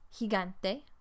gigante